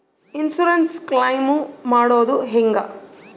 Insurance claim ಮಾಡೋದು ಹೆಂಗ?